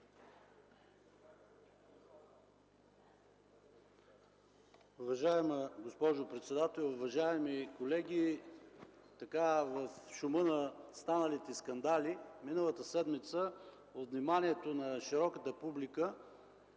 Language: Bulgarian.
Уважаема госпожо председател, уважаеми колеги, в шума на станалите скандали миналата седмица от вниманието на широката публика,